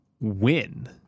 win